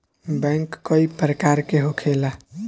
bank कई प्रकार के होखेला